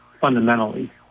Fundamentally